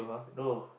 no